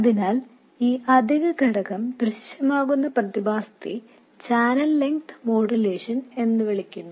അതിനാൽ ഈ അധിക ഘടകം ദൃശ്യമാകുന്ന പ്രതിഭാസത്തെ ചാനൽ ലെങ്ത് മോഡുലേഷൻ എന്ന് വിളിക്കുന്നു